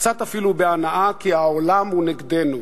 קצת אפילו בהנאה, כי העולם הוא נגדנו.